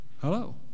Hello